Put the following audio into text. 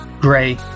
gray